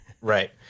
Right